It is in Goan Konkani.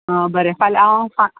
अ बरें फाल्यां हांव सा